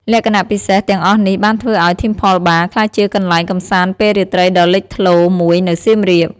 លក្ខណៈពិសេសទាំងអស់នេះបានធ្វើឲ្យ Temple Bar ក្លាយជាកន្លែងកម្សាន្តពេលរាត្រីដ៏លេចធ្លោមួយនៅសៀមរាប។